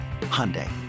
Hyundai